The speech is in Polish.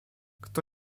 kto